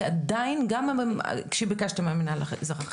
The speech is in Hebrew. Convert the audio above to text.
כי עדיין גם כאשר ביקשתי מהמנהל האזרחי,